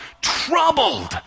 troubled